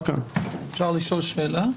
אפשר לשאול שאלה?